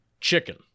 chicken